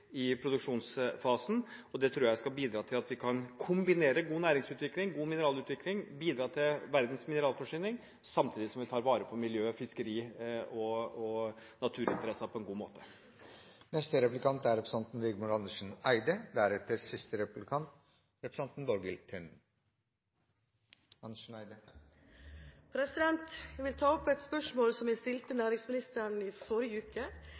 produksjonsfasen. Det tror jeg skal bidra til at vi kan kombinere god næringsutvikling, god mineralutvikling og bidra til verdens mineralforsyning samtidig som vi tar vare på miljø-, fiskeri- og naturinteresser på en god måte. Jeg vil ta opp et spørsmål som jeg stilte næringsministeren i forrige uke da vi behandlet små og mellomstore bedrifter. Jeg fikk ikke noe svar – jeg fikk ikke et godt nok svar, synes jeg